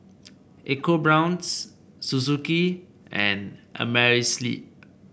EcoBrown's Suzuki and Amerisleep